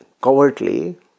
covertly